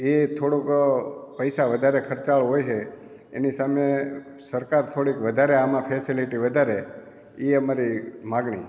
એ થોડુંક પૈસા વધારે ખર્ચાળ હોય છે એની સામે સરકાર થોડીક વધારે આમાં ફેસેલીટી વધારે એ અમારી માંગણી